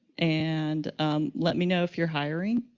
and let me know if you're hiring,